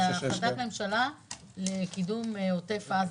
566. החלטת ממשלה לקידום עוטף עזה.